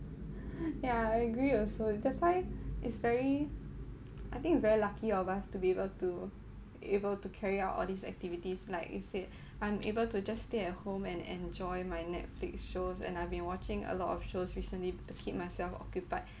ya I agree also that's why it's very I think its very lucky of us to be able to able to carry out all these activities like you said I'm able to just stay at home and enjoy my netflix shows and I've been watching a lot of shows recently to keep myself occupied